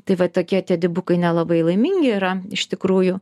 tai va tokie tie dipukai nelabai laimingi yra iš tikrųjų